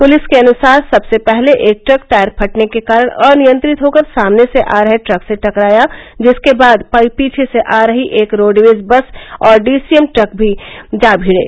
police के अनुसार सबसे पहले एक ट्रक टायर फटने के कारण अनियंत्रित होकर सामने से आ रहे ट्रक से टकराया जिसके बाद पीछे से आ रही एक रोडवेज बस और डीसीएम भी ट्रक से जा भिड़े